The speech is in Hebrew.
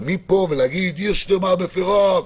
אבל מפה ולהגיד: עיר שלמה מפרה,